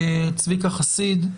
צביקה חסיד,